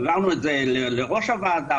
העברנו את זה לראש הוועדה,